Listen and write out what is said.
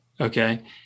Okay